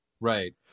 right